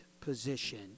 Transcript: position